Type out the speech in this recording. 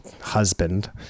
husband